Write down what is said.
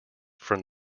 from